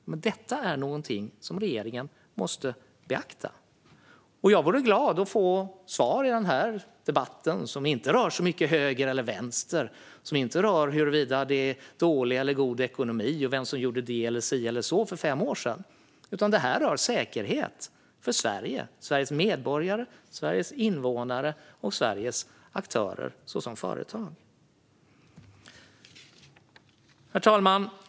Detta är någonting som regeringen måste beakta. Och jag vore glad om jag fick svar i den här debatten. Den rör inte så mycket höger eller vänster, huruvida det är dålig eller god ekonomi och vem som gjorde si eller så för fem år sedan, utan den rör säkerheten för Sverige, Sveriges medborgare, Sveriges invånare och Sveriges aktörer, såsom företag. Herr talman!